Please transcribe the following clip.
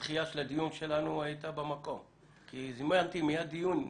אני מבקר בפרלמנטים רבים.